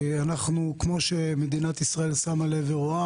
כמו שמדינת ישראל שמה לב ורואה,